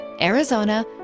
Arizona